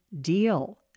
deal